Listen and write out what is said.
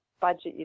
budget